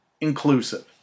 inclusive